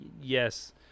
yes